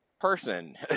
person